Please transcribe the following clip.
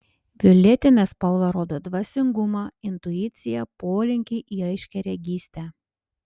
violetinė spalva rodo dvasingumą intuiciją polinkį į aiškiaregystę